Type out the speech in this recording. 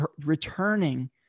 returning